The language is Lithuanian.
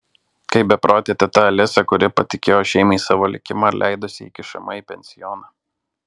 kaip beprotė teta alisa kuri patikėjo šeimai savo likimą ir leidosi įkišama į pensioną